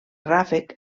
ràfec